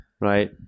right